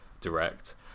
Direct